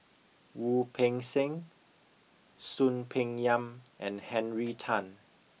Wu Peng Seng Soon Peng Yam and Henry Tan